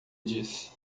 disse